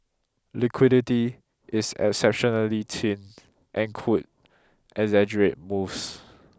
liquidity is exceptionally thin and could exaggerate moves